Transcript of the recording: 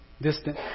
distant